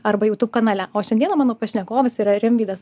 arba jtub kanale o šiandieną mano pašnekovas yra rimvydas